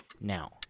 now